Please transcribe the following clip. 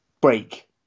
break